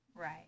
right